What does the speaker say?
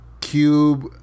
cube